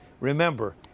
remember